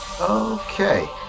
Okay